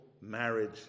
marriage